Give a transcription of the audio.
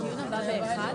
הישיבה ננעלה בשעה